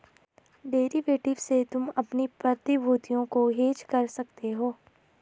derivative से तुम अपनी प्रतिभूतियों को हेज कर सकते हो